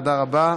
תודה רבה.